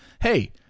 hey